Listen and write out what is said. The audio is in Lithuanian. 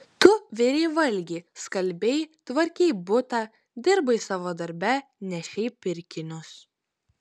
tu virei valgi skalbei tvarkei butą dirbai savo darbe nešei pirkinius